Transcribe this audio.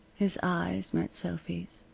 his eyes met sophy's.